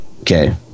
Okay